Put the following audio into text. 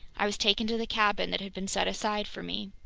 i was taken to the cabin that had been set aside for me.